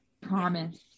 promise